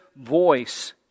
voice